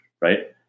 Right